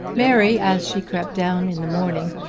mary, as she crept down in the morning,